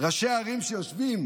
ראשי ערים שיושבים